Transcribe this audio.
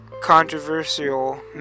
controversial